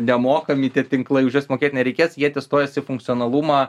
nemokami tie tinklai už juos mokėt nereikės jie testuojasi funkcionalumą